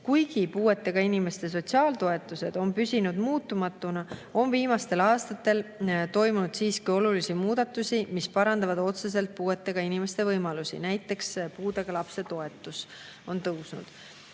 Kuigi puuetega inimeste sotsiaaltoetused on püsinud muutumatuna, on viimastel aastatel toimunud siiski olulisi muudatusi, mis parandavad otseselt puuetega inimeste võimalusi, näiteks puudega lapse toetus on tõusnud. Viimase